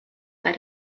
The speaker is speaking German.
bei